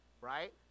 right